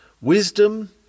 wisdom